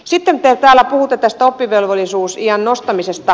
sitten te täällä puhutte tästä oppivelvollisuusiän nostamisesta